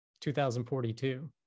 2042